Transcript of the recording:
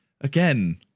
again